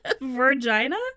Virginia